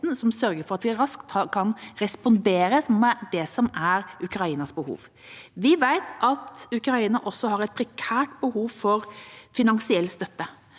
som sørger for at vi raskt kan respondere, som er det som er Ukrainas behov. Vi vet at Ukraina også har et prekært behov for finansiell støtte.